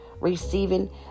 receiving